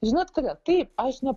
žinot kodėl taip aš ne